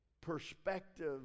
perspective